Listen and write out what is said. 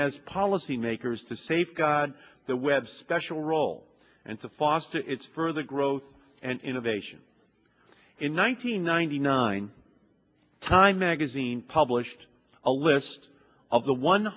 as policymakers to safeguard the web special role and to foster its further growth and innovation in one nine hundred ninety nine time magazine published a list of the one